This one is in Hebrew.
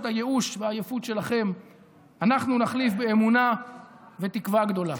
את הייאוש והעייפות שלכם אנחנו נחליף באמונה ותקווה גדולה.